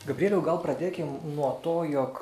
gabrieliau gal pradėkim nuo to jog